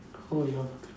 oh your